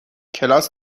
کلاس